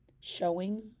showing